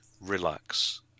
relax